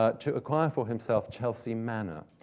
ah to acquire for himself chelsea manor.